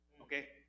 Okay